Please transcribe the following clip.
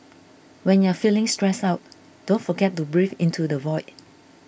when you are feeling stressed out don't forget to breathe into the void